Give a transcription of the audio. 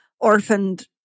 orphaned